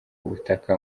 butaka